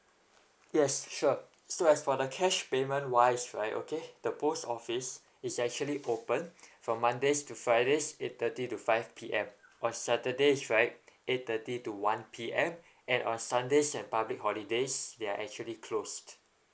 yes sure so as for the cash payment wise right okay the post office is actually open from mondays to fridays eight thirty to five p m on saturdays right eight thirty to one p m and on sundays and public holidays they're actually closed